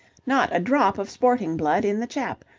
not a drop of sporting blood in the chap.